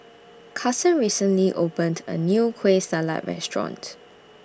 Kasen recently opened A New Kueh Salat Restaurant